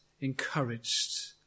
encouraged